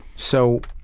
so